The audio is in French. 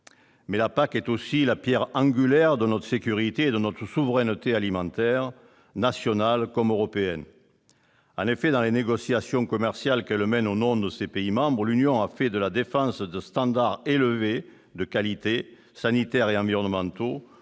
mais elle est aussi la pierre angulaire de notre sécurité et de notre souveraineté alimentaires, nationales comme européennes. En effet, dans les négociations commerciales qu'elle mène au nom de ses pays membres, l'Union européenne a fait de la défense de standards élevés de qualité, sanitaires et environnementaux,